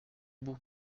boue